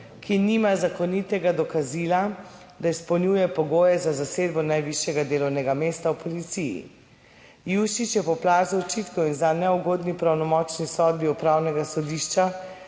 ki nima zakonitega dokazila, da izpolnjuje pogoje za zasedbo najvišjega delovnega mesta v policiji. Juršič je po plazu očitkov in zanj neugodni pravnomočni sodbi Upravnega sodišča